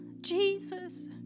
Jesus